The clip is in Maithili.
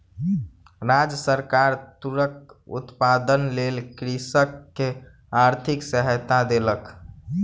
राज्य सरकार तूरक उत्पादनक लेल कृषक के आर्थिक सहायता देलक